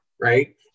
right